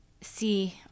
see